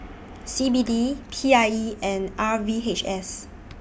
C B D P I E and R V H S